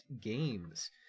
Games